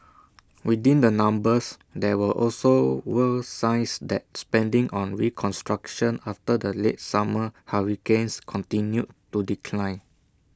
within the numbers there were also were signs that spending on reconstruction after the late summer hurricanes continued to decline